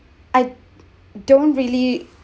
I don't really